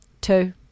two